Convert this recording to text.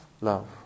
love